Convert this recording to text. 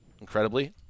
incredibly